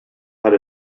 had